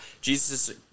Jesus